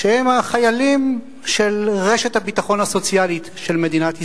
שהם החיילים של רשת הביטחון הסוציאלית של מדינת ישראל.